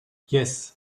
yes